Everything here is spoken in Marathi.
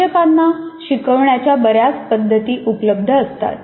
शिक्षकांना शिकवण्याच्या बर्याच पद्धती उपलब्ध असतात